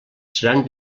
seran